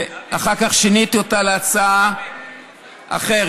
אחר כך שיניתי אותה להצעה אחרת,